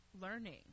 learning